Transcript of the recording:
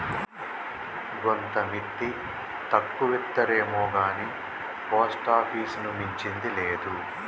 గోంత మిత్తి తక్కువిత్తరేమొగాని పోస్టాపీసుని మించింది లేదు